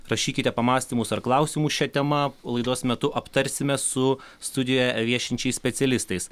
rašykite pamąstymus ar klausimus šia tema laidos metu aptarsime su studijoje viešinčiais specialistais